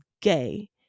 gay